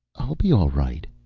i'll be all right.